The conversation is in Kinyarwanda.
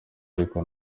ariko